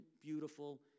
beautiful